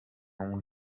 اون